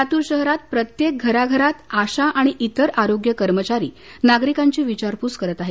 लातूर शहरात प्रत्येक घराघरात आशा आणि इतर आरोग्य कर्मचारी नागरिकांची विचारपूस करत आहेत